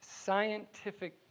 scientific